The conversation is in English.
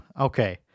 Okay